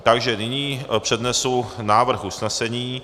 Takže nyní přednesu návrh usnesení.